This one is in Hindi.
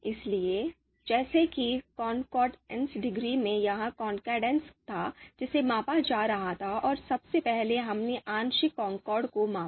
इसलिए जैसे कि concordance degree में यह concordance था जिसे मापा जा रहा था और सबसे पहले हमने आंशिक कॉनकॉर्ड को मापा